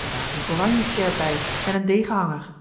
daar is een oranje sjerp bij en een degenhanger